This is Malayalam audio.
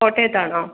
കോട്ടയത്താണോ